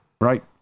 Right